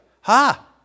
Ha